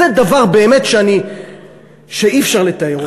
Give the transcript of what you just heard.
זה דבר שאי-אפשר לתאר אותו.